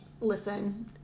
Listen